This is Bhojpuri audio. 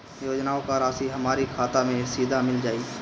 योजनाओं का राशि हमारी खाता मे सीधा मिल जाई?